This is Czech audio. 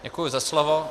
Děkuji za slovo.